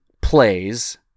plays